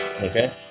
Okay